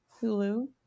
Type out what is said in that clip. Hulu